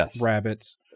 rabbits